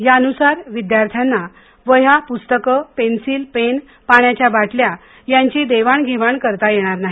यानुसार विद्यार्थांना वह्या पुस्तकं पेन्सिल पेन पाण्याच्या बाटल्या यांची देवाण घेवाण करता येणार नाही